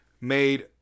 made